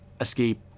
escape